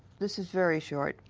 this is very short.